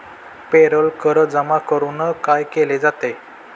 Payroll कर जमा करून काय केले जाते?